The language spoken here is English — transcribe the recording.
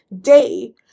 day